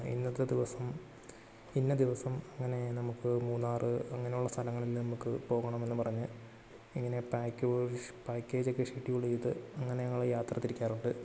ഇന്നത്തെ ദിവസം ഇന്ന ദിവസം അങ്ങനെ നമുക്ക് മൂന്നാറ് അങ്ങനെയുള്ള സ്ഥലങ്ങളിൽ നമുക്ക് പോകണം എന്ന് പറഞ്ഞ് ഇങ്ങനെ പാക്കേജ് ഒക്കെ ഷെഡ്യൂള് ചെയ്ത് അങ്ങനെ ഞങ്ങൾ യാത്ര തിരിക്കാറുണ്ട്